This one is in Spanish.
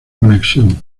conexión